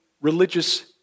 religious